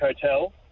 Hotel